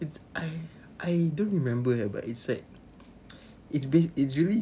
it's I I don't remember but it's like it's based it's really